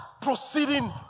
proceeding